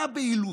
מה הבהילות?